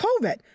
COVID